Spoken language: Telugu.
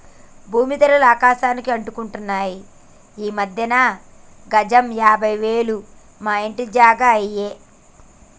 భూమీ ధరలు ఆకాశానికి అంటుతున్నాయి ఈ మధ్యన గజం యాభై వేలు మా ఇంటి జాగా అయ్యే